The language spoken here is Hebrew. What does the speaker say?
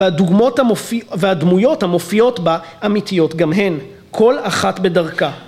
הדוגמות.. המופ... והדמויות המופיעות בה אמיתיות גם הן כל אחת בדרכה